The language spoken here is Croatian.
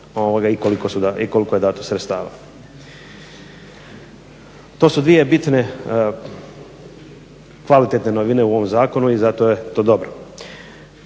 i koliko je dano sredstava. To su dvije bitne kvalitetne novine u ovom zakonu i zato je to dobro.